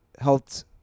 helped